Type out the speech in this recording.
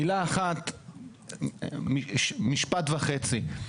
משפט וחצי.